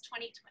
2020